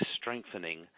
strengthening